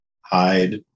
hide